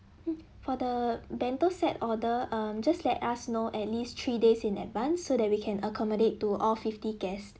mm for the bento set order um just let us know at least three days in advance so that we can accommodate to all fifty guests